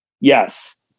Yes